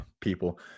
people